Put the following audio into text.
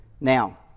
Now